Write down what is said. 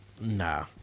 Nah